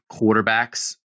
quarterbacks